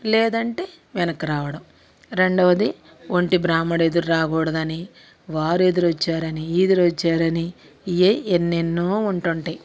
లేదంటే వెనక్కి రావడం రెండవది ఒంటి బ్రాహ్మణుడు ఎదురాకూడదని వారు ఎదురొచ్చారని ఈదురొచ్చారని ఏ ఎన్నెన్నో ఉంటుంటాయి